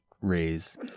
raise